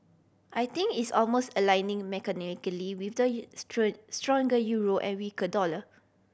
I think it's almost aligning mechanically with the stronger euro and weaker dollar